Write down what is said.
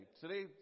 Today